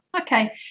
okay